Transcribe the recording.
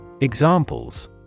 Examples